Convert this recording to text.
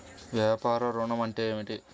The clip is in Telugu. వ్యాపార ఋణం అంటే ఏమిటి?